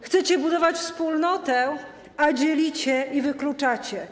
Chcecie budować wspólnotę, a dzielicie i wykluczacie.